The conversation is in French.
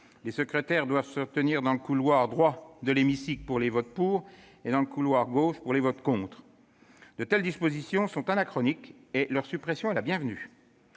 les secrétaires doivent se tenir dans le couloir droit de l'hémicycle pour les votes « pour » et dans le couloir gauche pour les votes « contre »? De telles dispositions sont anachroniques et leur suppression est la bienvenue.